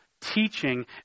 teaching